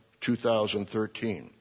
2013